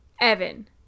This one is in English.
Evan